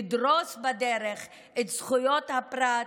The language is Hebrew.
לדרוס בדרך את זכויות הפרט,